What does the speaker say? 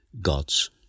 God's